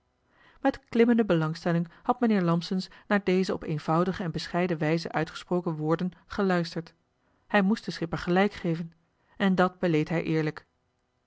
met klimmende belangstelling had mijnheer lampsens naar deze op eenvoudige en bescheiden wijze uitgesproken woorden geluisterd hij moest den schipper gelijk geven en dat beleed hij eerlijk